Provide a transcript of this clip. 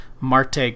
Marte